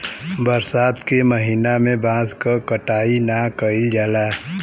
बरसात के महिना में बांस क कटाई ना कइल जाला